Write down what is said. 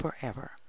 forever